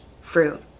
fruit